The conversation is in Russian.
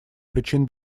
причин